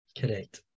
Correct